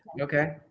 Okay